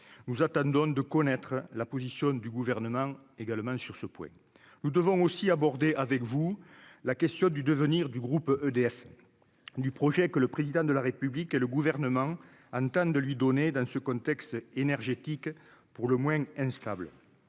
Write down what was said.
nous attendons de connaître la position du gouvernement également sur ce point, nous devons aussi aborder avec vous, la question du devenir du groupe EDF du projet que le président de la République et le gouvernement Antoine de lui donner dans ce contexte énergétique pour le moins instable